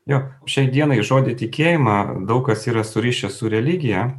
jo šiai dienai žodį tikėjimą daug kas yra surišęs su religija